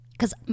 Cause